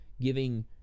giving